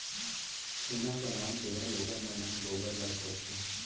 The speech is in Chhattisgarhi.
छेना बनात बेरा लोगन मन ह गोबर ल थोपथे